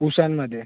उशांमध्ये